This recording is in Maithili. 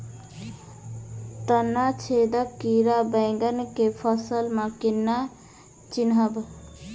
तना छेदक कीड़ा बैंगन केँ फसल म केना चिनहब?